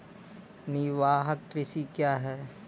निवाहक कृषि क्या हैं?